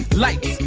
lights,